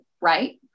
right